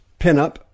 pinup